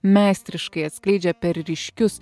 meistriškai atskleidžia per ryškius